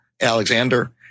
Alexander